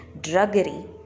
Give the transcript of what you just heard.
druggery